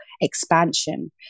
expansion